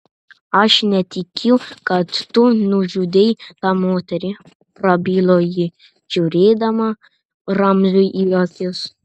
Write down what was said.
aš netikiu kad tu nužudei tą moterį prabilo ji žiūrėdama ramziui į akis